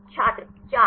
छात्र चार